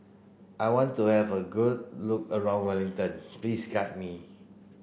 I want to have a good look around Wellington please guide me